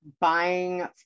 buying